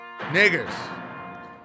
Niggers